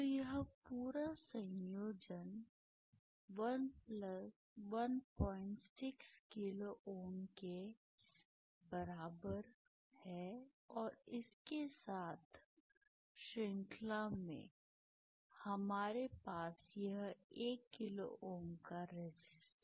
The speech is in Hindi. तो यह पूरा संयोजन 16 किलो Ω के बराबर है और उसके साथ श्रृंखला में हमारे पास यह 1 किलो Ω का रेसिस्टर है